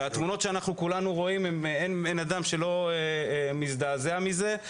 התמונות שכולנו רואים, אין בן אדם שלא מזדעזע מזה.